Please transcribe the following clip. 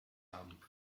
haben